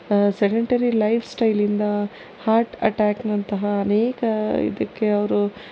sedentary life ಸ್ಟೈಲಿಂದ heart attack ನಂತಹ ಅನೇಕ ಇದಕ್ಕೆ ಅವರು